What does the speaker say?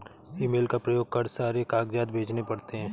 email का प्रयोग कर सारे कागजात भेजने पड़ते हैं